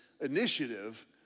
initiative